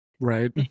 right